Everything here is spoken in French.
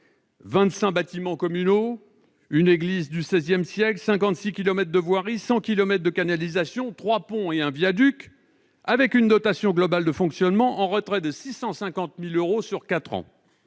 bâtiments communaux, une église du XVI siècle, 56 kilomètres de voirie, 100 kilomètres de canalisations, trois ponts et un viaduc avec une dotation globale de fonctionnement en retrait de 650 000 euros sur quatre